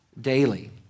daily